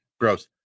Gross